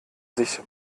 sich